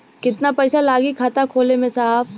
कितना पइसा लागि खाता खोले में साहब?